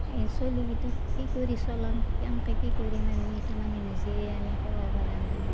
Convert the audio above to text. এই চলি কিটাক কি কৰি চলাম কেনকে কি কৰিম আমি তাৰমানে নিজে আমি ক'ব পাৰা নাই আৰু